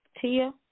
Tia